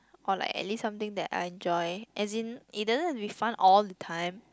or like at least something that I enjoy as in it doesn't have to be fun all the time